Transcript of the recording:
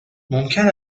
ممکن